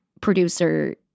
producer